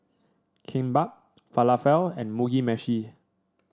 Kimbap Falafel and Mugi Meshi